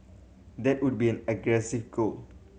that would be aggressive goal